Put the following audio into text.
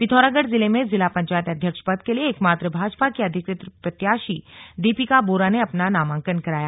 पिथौरागढ़ जिले में जिला पंचायत अध्यक्ष पद के लिए एकमात्र भाजपा की अधिकृत प्रत्याशी दीपिका बोरा ने अपना नामांकन कराया